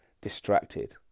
distracted